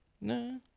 No